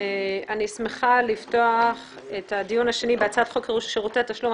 אני שמחה לפתוח את הדיון השני בהצעת חוק שירותי תשלום,